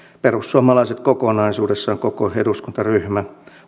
perussuomalaiset kokonaisuudessaan koko eduskuntaryhmä